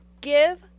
Give